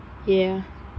ya